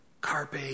carpe